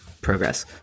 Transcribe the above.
progress